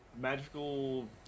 magical